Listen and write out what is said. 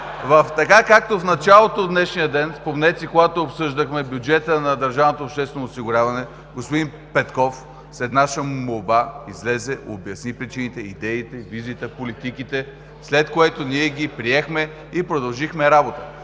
изкажа. В началото на днешния ден, спомнете си, когато обсъждахме бюджета на държавното обществено осигуряване, господин Петков, след наша молба, излезе и обясни причините, идеите, визията, политиките, след което ние ги приехме и продължихме работа.